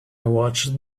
watched